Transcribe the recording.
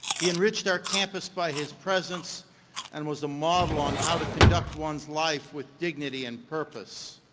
he enriched our campus by his presence and was a model on how to conduct one's life with dignity and purpose.